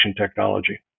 technology